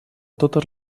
totes